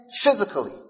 physically